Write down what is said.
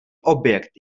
objekt